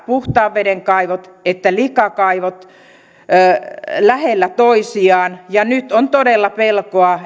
puhtaan veden kaivot ja likakaivot lähellä toisiaan ja nyt on todella pelkoa